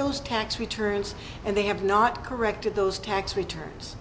those tax returns and they have not corrected those tax returns